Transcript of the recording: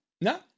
No